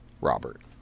Robert